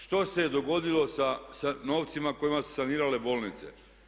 Što se dogodilo sa novcima kojima su se sanirale bolnice?